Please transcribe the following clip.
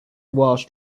washed